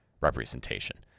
representation